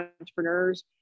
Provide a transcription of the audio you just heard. entrepreneurs